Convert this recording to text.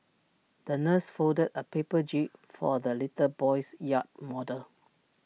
the nurse folded A paper jib for the little boy's yacht model